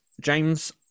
James